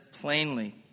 plainly